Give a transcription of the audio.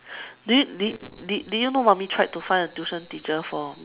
did did did you know mommy tried and find a tuition teacher for